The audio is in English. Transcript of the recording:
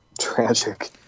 tragic